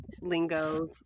lingo